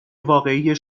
واقعی